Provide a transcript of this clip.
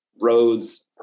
roads